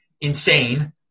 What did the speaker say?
insane